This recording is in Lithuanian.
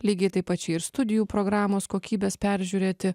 lygiai taip pačiai ir studijų programos kokybes peržiūrėti